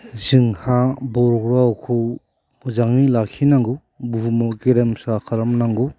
जोंहा बर' रावखौ मोजाङै लाखिनांगौ बुहुमाव गेरेमसा खालामनांगौ